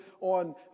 on